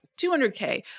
200K